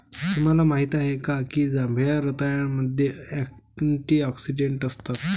तुम्हाला माहित आहे का की जांभळ्या रताळ्यामध्ये अँटिऑक्सिडेंट असतात?